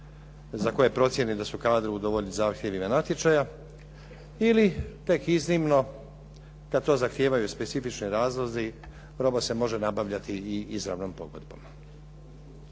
za koje procijeni da su …/Govornik se ne razumije./… zahtjevima natječaja ili tek iznimno kad to zahtijevaju specifični razlozi roba se može nabavljati i izravnom pogodbom.